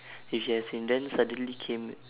you should have seen then suddenly came